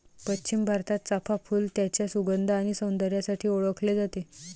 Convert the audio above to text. पश्चिम भारतात, चाफ़ा फूल त्याच्या सुगंध आणि सौंदर्यासाठी ओळखले जाते